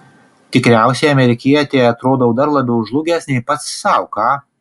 tikriausiai amerikietei atrodau dar labiau žlugęs nei pats sau ką